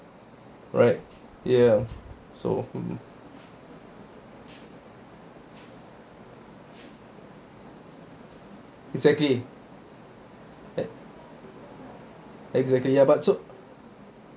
right ya so hmm exactly exactly ya but so